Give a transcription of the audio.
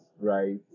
right